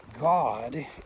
God